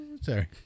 Sorry